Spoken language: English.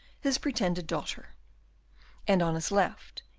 his pretended daughter and on his left,